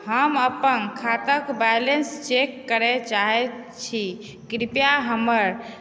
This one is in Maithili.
हम अपन खाताक बैलेन्स चेक करय चाहैत छी कृपया हमर